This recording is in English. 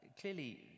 Clearly